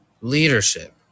Leadership